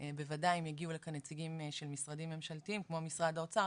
בוודאי אם הגיעו לכאן נציגים של משרדים ממשלתיים כמו משרד האוצר,